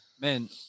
man